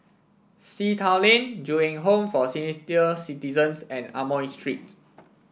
Sea Town Lane Ju Eng Home for Citizens and Amoy Street